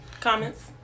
Comments